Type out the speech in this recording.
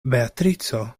beatrico